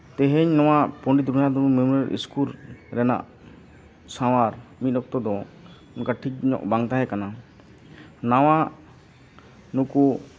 ᱛᱮᱦᱤᱧ ᱱᱚᱣᱟ Pandit Raghunath Murmu memorial school ᱨᱮᱱᱟᱜ ᱥᱟᱶᱟᱨ ᱢᱤᱫ ᱚᱠᱛᱚ ᱫᱚ ᱚᱱᱠᱟ ᱴᱷᱤᱠ ᱧᱚᱜ ᱵᱟᱝ ᱛᱟᱦᱮᱸ ᱠᱟᱱᱟ ᱱᱟᱣᱟ ᱱᱩᱠᱩ